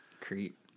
Creep